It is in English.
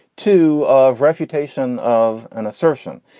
too, of refutation of an assertion.